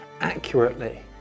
accurately